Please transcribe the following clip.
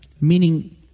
Meaning